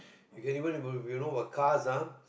you can even if you know about cars ah